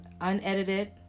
unedited